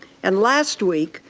and last week,